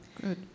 good